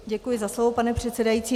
Děkuji za slovo, pane předsedající.